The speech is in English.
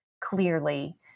clearly